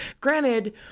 Granted